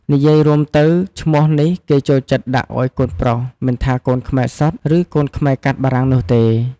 និយាយរួមទៅឈ្មោះនេះគេចូលចិត្តដាក់អោយកូនប្រុសមិនថាកូនខ្មែរសុទ្ធ ឬកូនខ្មែរកាត់បារាំងនោះទេ។